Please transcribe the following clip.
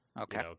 Okay